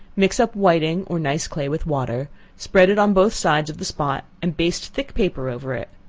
mix up whiting or nice clay with water spread it on both sides of the spot, and baste thick paper over it.